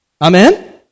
Amen